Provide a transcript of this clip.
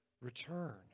return